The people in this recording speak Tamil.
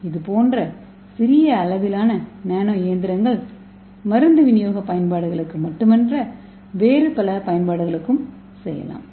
இதுபோன்ற சிறிய அளவிலான நானோ இயந்திரங்களை மருந்து விநியோக பயன்பாடுகளுக்கு மட்டுமல்ல வேறு பல பயன்பாடுகளுக்கும் செய்யலாம்